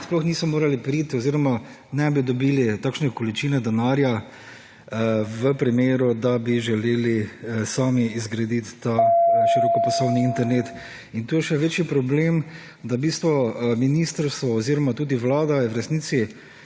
sploh niso morali priti oziroma ne bi dobili takšne količine denarja v primeru, da bi želeli sami izgraditi ta širokopasovni internet. In tu je še večji problem, da v bistvu ministrstvo oziroma tudi Vlada je v resnici